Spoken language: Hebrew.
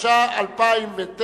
התש"ע 2009,